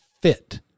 fit